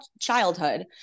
childhood